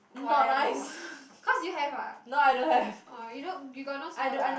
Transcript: whatever cause you have uh orh you no you got no Superga ah